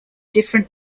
different